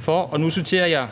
For, og nu citerer jeg: